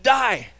die